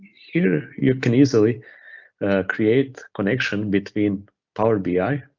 here, you can easily create connection between power bi,